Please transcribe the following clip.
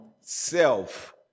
self